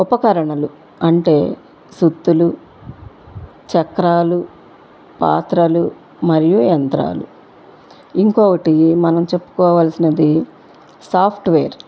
ఉపకరణలు అంటే సుత్తులు చక్రాలు పాత్రలు మరియు యంత్రాలు ఇంకొకటి మనం చెప్పుకోవాల్సినది సాఫ్ట్వేర్